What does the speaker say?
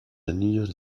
anillos